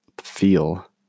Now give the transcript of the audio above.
feel